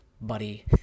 buddy